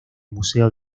museo